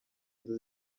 nzu